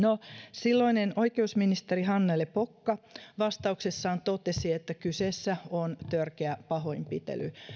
silloinen oikeusministeri hannele pokka vastauksessaan totesi että kyseessä on törkeä pahoinpitely